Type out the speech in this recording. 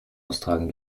austragen